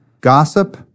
Gossip